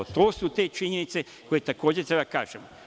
To su te činjenice, koje takođe treba da kažemo.